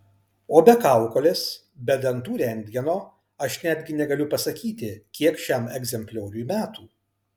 o be kaukolės be dantų rentgeno aš netgi negaliu pasakyti kiek šiam egzemplioriui metų